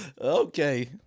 Okay